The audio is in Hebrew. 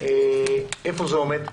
היכן זה עוד,